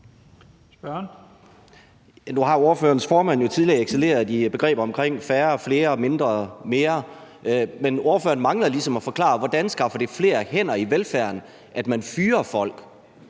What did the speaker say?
Nu har ordførerens formand jo tidligere excelleret i formuleringer om færre, flere, mindre og mere. Men ordføreren mangler ligesom at forklare, hvordan det skaffer flere hænder i velfærden, at man fyrer folk.